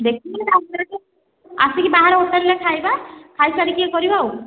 ଦେଖିକି ତା'ପରେ ଆସିକି ବାହାର ହୋଟେଲ୍ରେ ଖାଇବା ଖାଇସାରିକି କରିବା ଆଉ